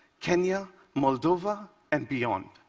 kenya, moldova and beyond.